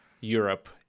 Europe